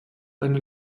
eine